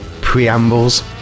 preambles